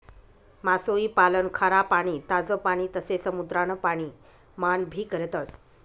मासोई पालन खारा पाणी, ताज पाणी तसे समुद्रान पाणी मान भी करतस